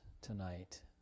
tonight